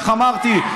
איך אמרתי,